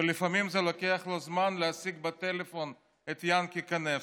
ולפעמים לוקח לו זמן להשיג בטלפון את יענקי קנייבסקי.